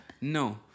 No